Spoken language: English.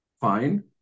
Fine